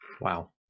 Wow